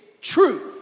truth